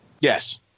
Yes